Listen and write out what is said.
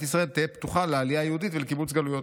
ישראל תהא פתוחה לעלייה יהודית ולקיבוץ גלויות'.